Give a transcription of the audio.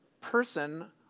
person